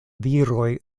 viroj